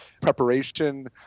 preparation